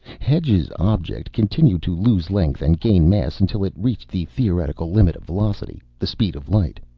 hedge's object continued to lose length and gain mass until it reached the theoretical limit of velocity, the speed of light.